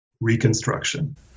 Reconstruction